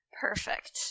Perfect